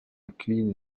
accueilli